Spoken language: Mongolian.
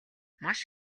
маш